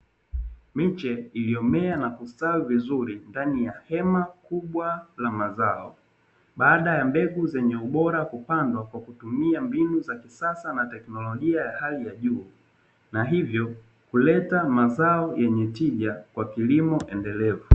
Miche iliyomea na kustawi vizuri ndani ya hema kubwa la mazao, baada ya mbegu zenye ubora kupandwa kwa kutumia mbinu za kisasa na teknolojia ya hali ya juu, na hivyo kuleta mazao yenye tija kwa kilimo endelevu.